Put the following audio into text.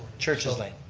churches, like